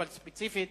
אבל ספציפית